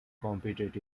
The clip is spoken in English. competed